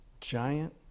giant